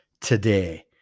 today